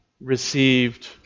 received